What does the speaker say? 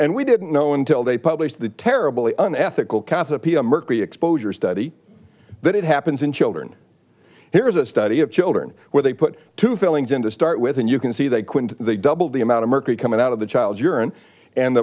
and we didn't know until they published the terrible an ethical katha peter mercury exposure study that it happens in children here's a study of children where they put two fillings in to start with and you can see they couldn't they doubled the amount of mercury coming out of the child's urine and